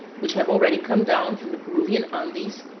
which have already come down from the peruvian andes,